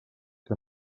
que